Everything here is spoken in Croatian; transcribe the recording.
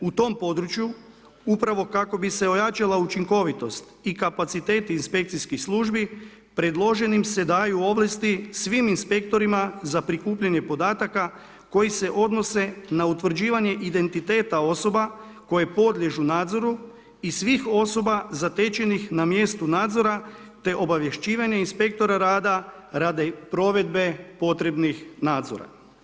U tom području upravo kako bi se ojačala učinkovitost i kapaciteti inspekcijskih službi predloženim se daju ovlasti svim inspektorima za prikupljanje podataka koji se odnose na utvrđivanje identiteta osoba koje podliježu nadzoru i svih osoba zatečenih na mjestu nadzora te obavješćivanje inspektora rada radi provedbe potrebnih nadzora.